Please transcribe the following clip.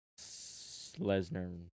Lesnar